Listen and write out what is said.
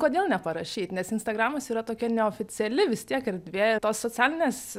kodėl neparašyt nes instagramas yra tokia neoficiali vis tiek erdvė tos socialinės